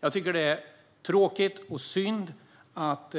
Jag tycker att det är tråkigt och synd att